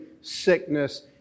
sickness